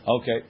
Okay